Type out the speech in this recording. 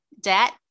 debt